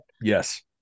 Yes